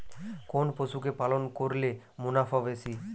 কোন পশু কে পালন করলে মুনাফা বেশি?